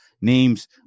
names